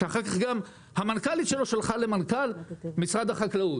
שאחר כך גם המנכ"לית שלו שלחה למנכ"ל משרד החקלאות.